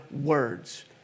words